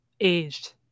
aged